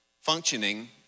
functioning